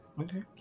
Okay